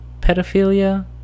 pedophilia